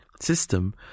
system